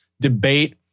debate